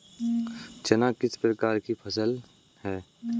चना किस प्रकार की फसल है?